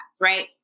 right